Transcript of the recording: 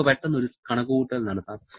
നമുക്ക് പെട്ടെന്ന് ഒരു കണക്കുകൂട്ടൽ നടത്താം